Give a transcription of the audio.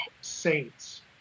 saints